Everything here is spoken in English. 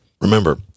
Remember